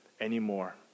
anymore